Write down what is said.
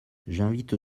j’invite